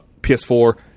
PS4